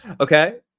Okay